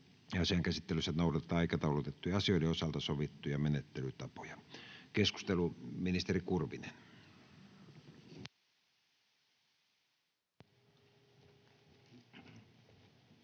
asian käsittelyssä noudatetaan aikataulutettujen asioiden osalta sovittuja menettelytapoja. — Keskustelu, ministeri Kurvinen.